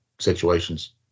situations